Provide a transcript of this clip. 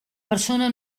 persona